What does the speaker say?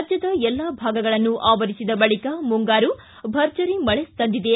ರಾಜ್ಯದ ಎಲ್ಲ ಭಾಗಗಳನ್ನು ಆವರಿಸಿದ ಬಳಿಕ ಮುಂಗಾರು ಭರ್ಜರಿ ಮಳೆ ತಂದಿದೆ